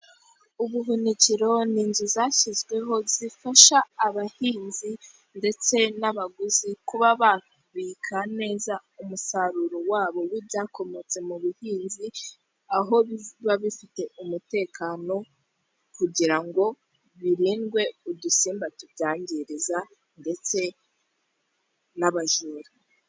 Ubuhunikiro ni inzu zashyizweho zifasha abahinzi ndetse n'abaguzi, kuba babika neza umusaruro wabo w'ibyakomotse mu buhinzi, aho biba bifite umutekano, kugira ngo birindwe udusimba tubyangiriza ndetse n'abajura.